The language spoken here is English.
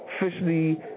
officially